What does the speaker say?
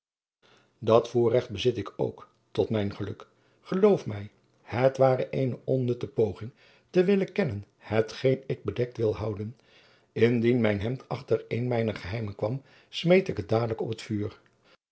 dat voorrecht bezit ik ook tot mijn geluk geloof mij het ware eene onnutte poging te willen kennen hetgeen ik bedekt wil houden indien mijn hemd achter een mijner geheimen kwam smeet ik het dadelijk op het vuur